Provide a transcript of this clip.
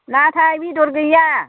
नाथाय बेदर गैया